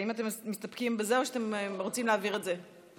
האם אתם מסתפקים בזה או שאתם רוצים להעביר את זה,